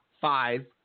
five